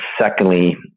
Secondly